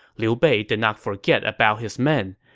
liu bei did not forget about his men.